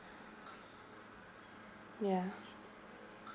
ya